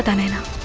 ah naina